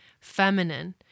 feminine